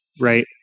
right